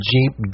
Jeep